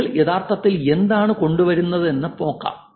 നിങ്ങൾ യഥാർത്ഥത്തിൽ എന്താണ് കൊണ്ടുവരുന്നതെന്ന് നോക്കാം